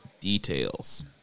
details